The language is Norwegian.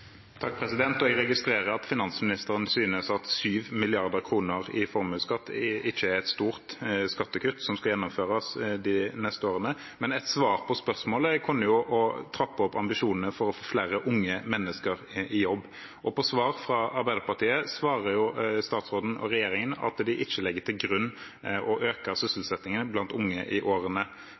Jeg registrerer at finansministeren synes at 7 mrd. kr i formuesskatt ikke er et stort skattekutt som skal gjennomføres de neste årene. Et svar på spørsmålet kunne være å trappe opp ambisjonene for å få flere unge mennesker i jobb. På spørsmål fra Arbeiderpartiet svarer statsråden og regjeringen at de ikke legger til grunn å øke sysselsettingen blant unge i årene